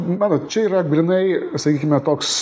matot čia yra grynai sakykime toks